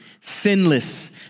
sinless